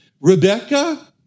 Rebecca